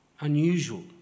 Unusual